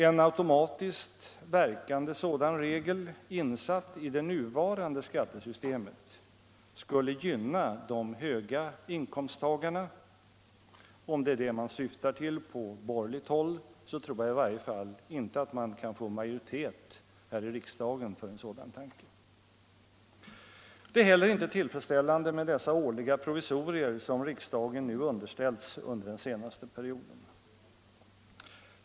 En automatiskt verkande sådan regel, insatt i det fungerande skattesystemet, skulle gynna de höga inkomsttagarna, och om det är det man siktar till på borgerligt håll, tror jag i varje fall inte att man kan få majoritet för en sådan tanke. Det är inte heller tillfredsställande med dessa årliga provisorier, som riksdagen underställts under den senaste perioden.